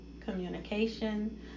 communication